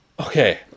Okay